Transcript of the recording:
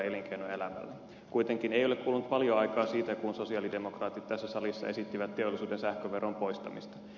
kuitenkaan ei ole kulunut paljoa aikaa siitä kun sosialidemokraatit tässä salissa esittivät teollisuuden sähköveron poistamista